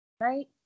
right